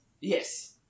Yes